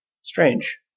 strange